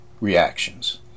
reactions